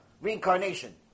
reincarnation